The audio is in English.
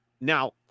now